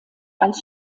als